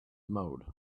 mode